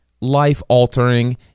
life-altering